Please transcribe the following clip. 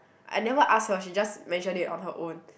I never ask her she just mention it on her own